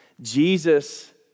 Jesus